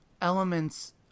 elements